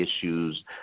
issues